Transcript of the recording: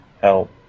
help